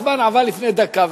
הזמן עבר לפני דקה,